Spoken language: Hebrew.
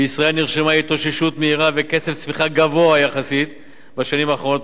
בישראל נרשמו התאוששות מהירה וקצב צמיחה גבוה יחסית בשנים האחרונות.